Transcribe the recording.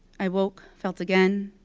i woke, felt again,